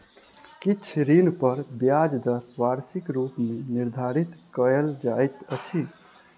किछ ऋण पर ब्याज दर वार्षिक रूप मे निर्धारित कयल जाइत अछि